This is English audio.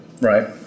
right